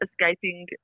escaping